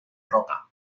roca